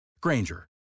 Granger